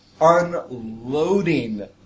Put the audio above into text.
unloading